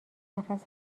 نفس